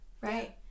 right